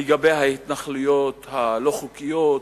לגבי ההתנחלויות הלא-חוקיות,